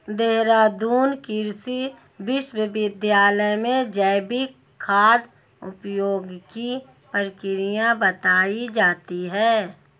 देहरादून कृषि विश्वविद्यालय में जैविक खाद उपयोग की प्रक्रिया बताई जाती है